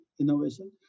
innovation